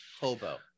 hobo